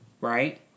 Right